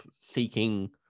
seeking